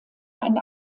ein